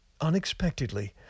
unexpectedly